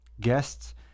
guests